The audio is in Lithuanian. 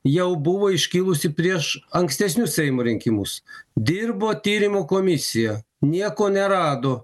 jau buvo iškilusi prieš ankstesnius seimo rinkimus dirbo tyrimų komisija nieko nerado